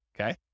okay